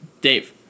Dave